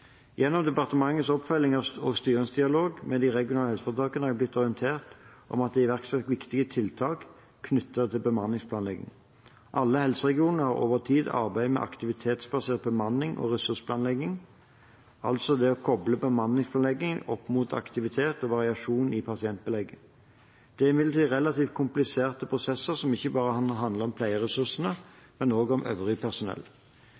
Gjennom departementets oppfølging og styringsdialog med de regionale helseforetakene har jeg blitt orientert om at det er iverksatt viktige tiltak knyttet til bemanningsplanlegging. Alle de regionale helseforetakene har over tid arbeidet med aktivitetsbasert bemannings- og ressursplanlegging, altså det å koble bemanningsplanlegging opp imot aktivitet og variasjon i pasientbelegget. Dette er imidlertid relativt kompliserte prosesser, som ikke bare handler om pleieressursene, men også om øvrig personell.